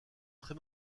très